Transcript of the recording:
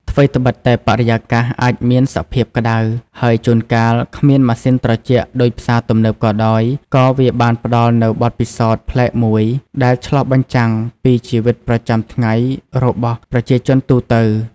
ថ្វីត្បិតតែបរិយាកាសអាចមានសភាពក្តៅ ហើយជួនកាលគ្មានម៉ាស៊ីនត្រជាក់ដូចផ្សារទំនើបក៏ដោយ ក៏វាបានផ្តល់នូវបទពិសោធន៍ប្លែកមួយ ដែលឆ្លុះបញ្ចាំងពីជីវិតប្រចាំថ្ងៃរបស់ប្រជាជនទូទៅ។